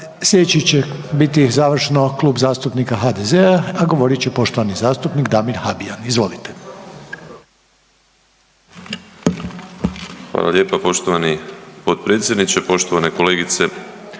Slijedeći će biti završno Klub zastupnik HDZ-a, a govorit će poštovani zastupnik Damir Habijan. Izvolite. **Habijan, Damir (HDZ)** Hvala lijepa poštovani potpredsjedniče. Poštovane kolegice